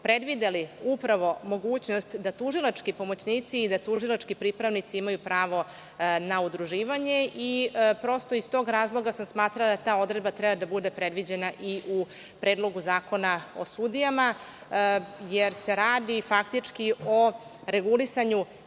predvideli upravo mogućnost da tužilački pomoćnici i da tužilački pripravnici imaju pravo na udruživanje. Prosto iz tog razloga sam smatrala da ta odredba treba da bude predviđena i u Predlogu zakona o sudijama, jer se faktički radi o regulisanju